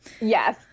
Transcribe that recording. Yes